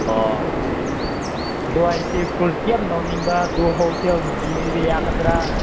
ꯑꯣ ꯑꯗꯨ ꯑꯩꯁꯤ ꯐꯨꯗ ꯌꯥꯝ ꯂꯧꯅꯤꯡꯕ ꯑꯗꯨ ꯍꯣꯜꯁꯦꯜꯒꯨꯝꯅ ꯄꯤꯕꯤꯕ ꯌꯥꯒꯗ꯭ꯔꯥ